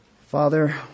Father